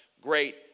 great